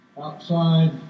outside